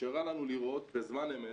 שאפשרה לנו לראות בזמן אמת,